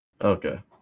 Okay